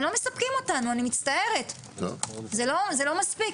הם לא מספקים אותנו אני מצטערת, זה לא מספיק.